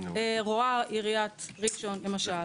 רואה עיריית ראשון למשל,